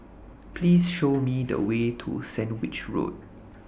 Please Show Me The Way to Sandwich Road